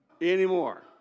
anymore